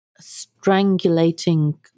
strangulating